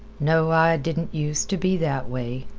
no, i didn't use t' be that way,